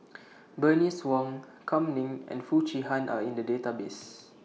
Bernice Wong Kam Ning and Foo Chee Han Are in The Database